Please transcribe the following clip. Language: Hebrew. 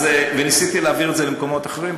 וניסיתי להעביר את זה למקומות אחרים,